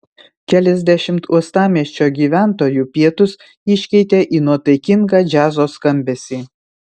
keliasdešimt uostamiesčio gyventojų pietus iškeitė į nuotaikingą džiazo skambesį